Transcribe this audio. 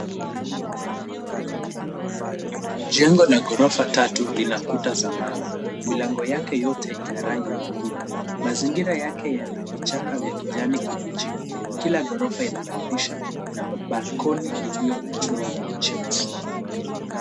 Jengo la ghorofa tatu lina kuta za mawe. Milango yake yote ina rangi nyekundu. Mazingira yake yana vichaka vya kijani kibichi. Kila ghorofa ina madirisha, na balcony iliyo na chuma cheusi.